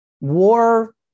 War